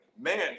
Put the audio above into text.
man